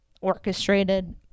orchestrated